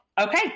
Okay